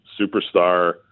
superstar